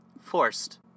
forced